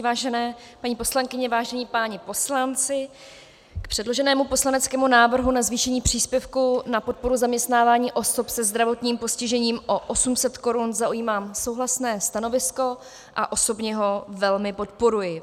Vážené paní poslankyně, vážení páni poslanci, k předloženému poslaneckému návrhu na zvýšení příspěvku na podporu zaměstnávání osob se zdravotním postižením o 800 korun zaujímám souhlasné stanovisko a osobně ho velmi podporuji.